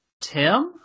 Tim